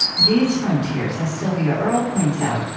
these frontiers, as sylvia earle points out,